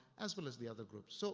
as well as the other groups. so